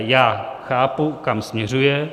Já chápu, kam směřuje.